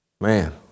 Man